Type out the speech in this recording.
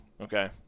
okay